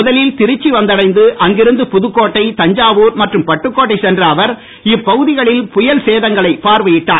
முதலில் திருச்சி வந்தடைந்து அங்கிருந்து புதுக்கோட்டை தஞ்சாவூர் மற்றும் பட்டுக்கோட்டை சென்ற அவர் இப்பகுதிகளில் புயல் சேதங்களை பார்வையிட்டார்